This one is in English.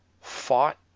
fought